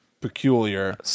peculiar